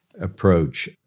approach